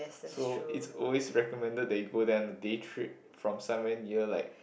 so it's always recommended that you go there on a day trip from somewhere near like